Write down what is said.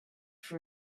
for